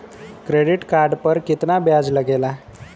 Credit card पर कितना ब्याज लगेला?